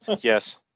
yes